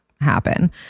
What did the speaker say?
happen